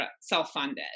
self-funded